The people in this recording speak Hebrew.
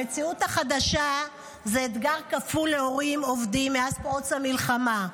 המציאות החדשה היא אתגר כפול להורים עובדים מאז פרוץ המלחמה.